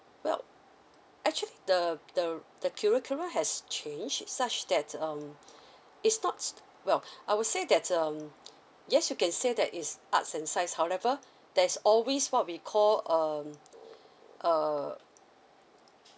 well actually the the the curriculum has change such that um it's not well I would say that um yes you can say there is arts and science however there's always what we call um uh